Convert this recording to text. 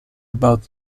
about